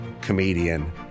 comedian